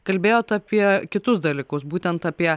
kalbėjot apie kitus dalykus būtent apie